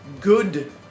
good